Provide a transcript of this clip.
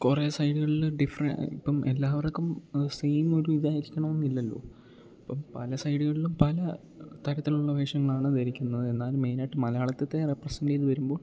കുറെ സൈഡുകൾല് ഡിഫ്ര ഇപ്പം എല്ലാവർക്കും സെയിം ഒരു ഇതായിരിക്കണോന്നില്ലല്ലോ ഇപ്പം പല സൈഡുകളിലും പല തരത്തിലുള്ള വേഷങ്ങളാണ് ധരിക്കുന്നത് എന്നാലും മെയിനായിട്ട് മലയാളിത്തത്തെ റെപ്രസെൻ്റെ ചെയ്ത് വരുമ്പോൾ